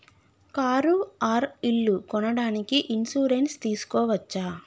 Car or ఇల్లు కొనడానికి insurance తీస్కోవచ్చా?